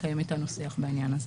לקיים אתנו שיח בעניין הזה.